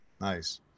Nice